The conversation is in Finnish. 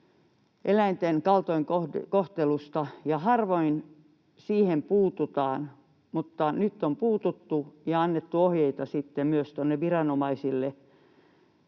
eläinten kaltoinkohtelusta, ja harvoin siihen puututaan, mutta nyt on puututtu ja annettu ohjeita myös tuonne viranomaisille